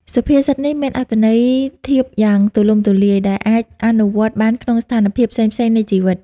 សុភាសិតនេះមានអត្ថន័យធៀបយ៉ាងទូលំទូលាយ ដែលអាចអនុវត្តបានក្នុងស្ថានភាពផ្សេងៗនៃជីវិត។